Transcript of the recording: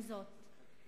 עם זאת,